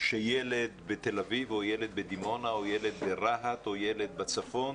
שילד בתל אביב או ילד בדימונה או ילד ברהט או ילד בצפון